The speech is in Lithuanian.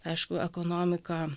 aišku ekonomika